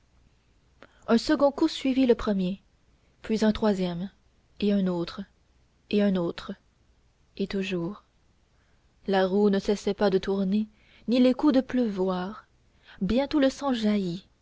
un second coup suivit le premier puis un troisième et un autre et un autre et toujours la roue ne cessait pas de tourner ni les coups de pleuvoir bientôt le sang jaillit